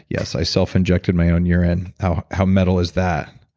yes, i self-injected my own urine how how metal is that?